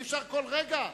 אי-אפשר כל רגע.